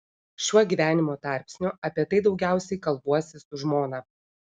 šiuo gyvenimo tarpsniu apie tai daugiausiai kalbuosi su žmona